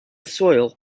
soil